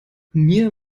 mir